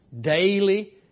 Daily